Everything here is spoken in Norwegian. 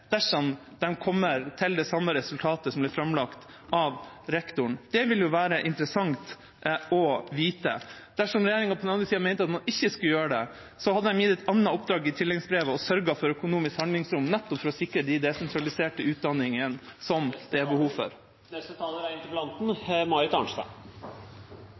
samme resultatet som ble framlagt av rektoren? Det ville det være interessant å få vite. Dersom regjeringa på den andre sida mente at man ikke skulle gjøre det, hadde de gitt et annet oppdrag i tildelingsbrevet og sørget for økonomisk handlingsrom, nettopp for å sikre de desentraliserte utdanningene som det er behov for. Jeg har lyst til å takke for en interessant runde. Norge er